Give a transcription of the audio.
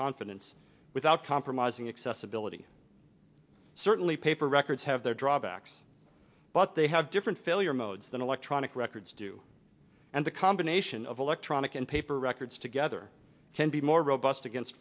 confidence without compromising accessibility certainly paper records have their drawbacks but they have different failure modes than electronic records do and the combination of electronic and paper records together can be more robust against